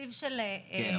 התקציב של --- כן,